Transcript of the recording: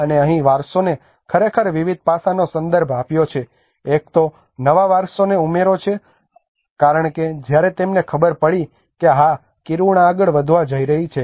અને અહીં વારસોને ખરેખર વિવિધ પાસાંનો સંદર્ભ આપ્યો છે એક તો નવા વારસોનો ઉમેરો છે કારણ કે જ્યારે તેમને ખબર પડી કે હા કિરુણા આગળ વધવા જઈ રહી છે